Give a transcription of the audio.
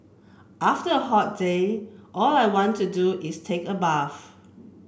after a hot day all I want to do is take a bath